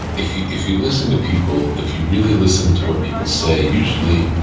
if you if you listen to people, if you really listen to what people say, usually,